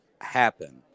happen